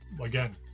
again